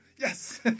yes